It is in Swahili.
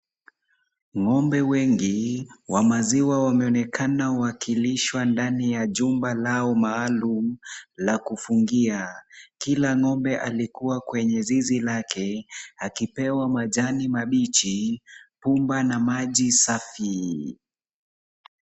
Ng'ombe wengi wa maziwa wameonekana wakilishwa ndani ya jumba lao maalum la kufugia. Kila ng'ombe alikuwa kwenye zizi lake akipewa majani mabichi, pumba na maji safi.